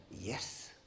Yes